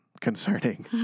concerning